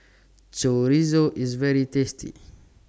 Chorizo IS very tasty